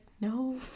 no